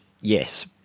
Yes